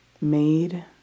made